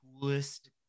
coolest